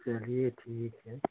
चलिए ठीक है